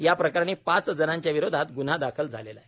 या प्रकरणी पाच जणांच्या विरोधात ग्न्हा दाखल झालेला आहे